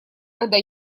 когда